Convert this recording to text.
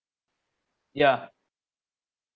yeah